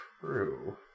true